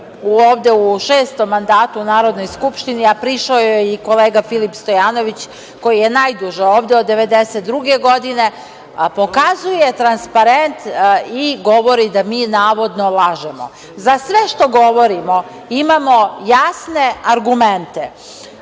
ovde u šestom mandatu u Narodnoj skupštini, a prišao joj je i kolega Filip Stojanović, koji je najduže ovde, od 1992. godine, pokazuje transparent i govori da mi navodno lažemo.Za sve što govorimo, imamo jasne argumente.